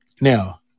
Now